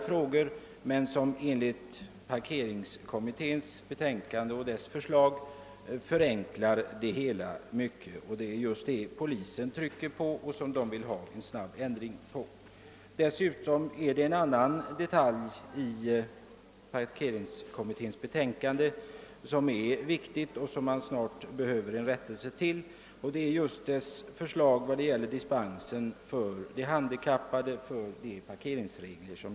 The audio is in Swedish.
Förslagen i parkeringskommitténs betänkande innebär en väsentlig förenkling, och polisen är angelägen att snabbt få en ändring till stånd. En annan detalj i parkeringskommittens betänkande som är mycket viktig är förslaget om dispens för handikappade från gällande parkeringsregler.